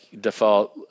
default